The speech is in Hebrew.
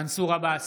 מנסור עבאס,